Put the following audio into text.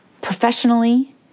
professionally